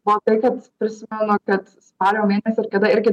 buvo tai kad prisimenu kad spalio mėnesį ar kada irgi